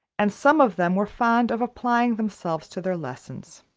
and some of them were fond of applying themselves to their lessons.